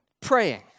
Praying